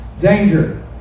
Danger